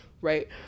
right